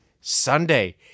Sunday